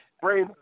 brain